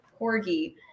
Corgi